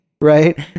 right